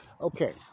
Okay